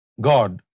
God